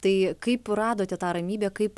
tai kaip radote tą ramybę kaip